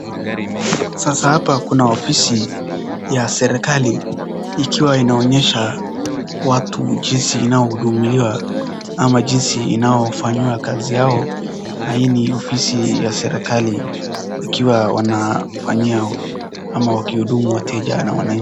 Sasa hapa kuna ofisi ya serikali ikiwa inaonyesha watu jinsi inayohudumu ama jinsi inayofanyiwa kazi yao na hii ni ofisi ya serikali wakiwa wanafanyia ama wakihudumu wateja na wananchi.